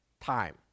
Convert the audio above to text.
time